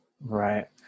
right